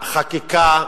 לחקיקה,